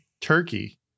Turkey